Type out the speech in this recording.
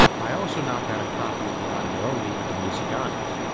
i also knock out a copy of the audio-only with the music on it,